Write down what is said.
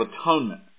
Atonement